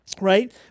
right